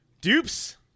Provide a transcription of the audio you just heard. Dupes